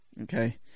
Okay